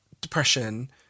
depression